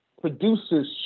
produces